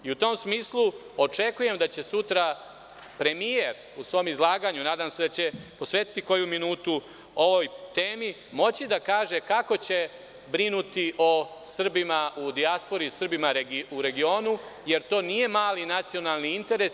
U tom smislu očekujem da će sutra premijer u svom izlaganju, nadam se da će posvetiti koju minutu ovoj temi, moći da kaže kako će brinuti o Srbima u dijaspori i Srbima u regionu, jer to nije mali nacionalni interes.